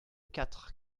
quatre